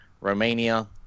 Romania